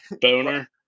boner